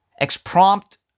X-Prompt